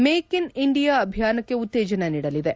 make in India ಅಭಿಯಾನಕ್ಕೆ ಉತ್ತೇಜನ ನೀಡಲಿದೆ